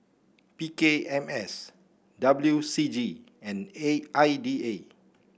P K M S W C G and A I D A